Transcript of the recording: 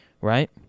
right